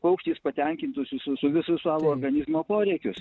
paukštis patenkintų visus visus savo organizmo poreikius